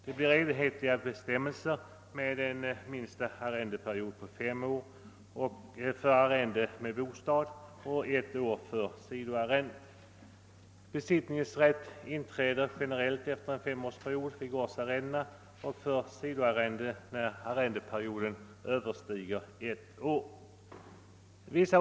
Det blir enhetliga bestämmelser med en minsta arrendeperiod på fem år för arrenden med bostad och ett år för sidoarrende. Besittningsrätt inträder generellt efter en femårsperiod vid gårdsarrende och för sidoarrende när arrendeperioden överstiger ett år.